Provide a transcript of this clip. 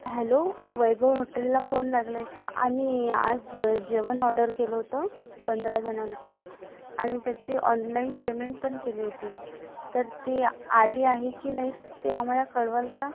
hello Vaibhav हॉटेलला phone लागला आहे का आम्ही आज जेवण ऑर्डर केलं होतं पंधराजणांचं आणि त्याची ऑनलाईन पेमेंट पण केली होती तर ती आली आहे की नाही ते आम्हाला कळवाल का